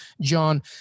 John